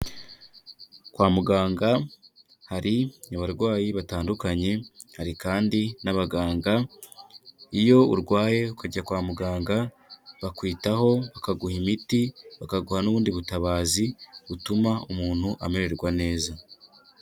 Kwa muganga hari abarwayi batandukanye, hari kandi n'abaganga. Iyo urwaye kujya kwa muganga bakwitaho, bakaguha imiti, bakaguha n'ubundi butabazi butuma umuntu amererwa neza.